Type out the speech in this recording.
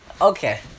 Okay